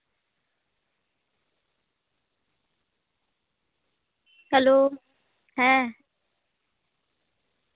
hello ᱦᱮᱸ